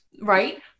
Right